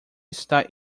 está